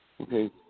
Okay